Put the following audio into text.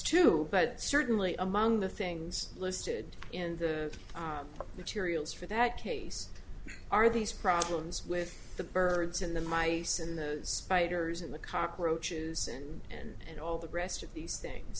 too but certainly among the things listed in the materials for that case are these problems with the birds and the mice and those spiders and the cockroaches and and all the rest of these things